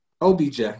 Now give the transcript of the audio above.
OBJ